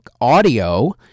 audio